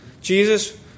Jesus